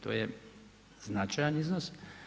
To je značajan iznos.